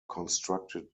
constructed